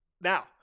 now